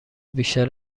بیشتر